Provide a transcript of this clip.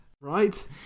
Right